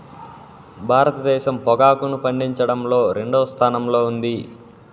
భారతదేశం పొగాకును పండించడంలో రెండవ స్థానంలో ఉంది